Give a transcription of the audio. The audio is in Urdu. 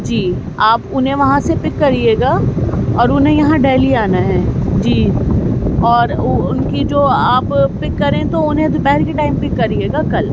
جی آپ انہیں وہاں سے پک کریے گا اور انہیں یہاں دہلی آنا ہے جی اور ان کی جو آپ پک کریں تو انہیں دوپہر کی ٹائم پک کریے گا کل